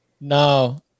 No